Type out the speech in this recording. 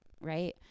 right